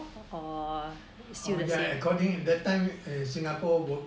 oh yeah according that time err singapore work